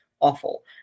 awful